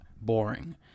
boring